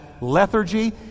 lethargy